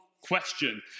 Question